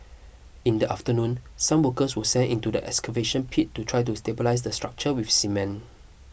in the afternoon some workers were sent into the excavation pit to try to stabilise the structure with cement